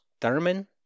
Thurman